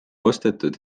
ostetud